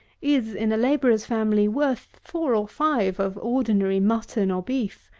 is, in a labourer's family, worth four or five of ordinary mutton or beef,